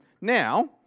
now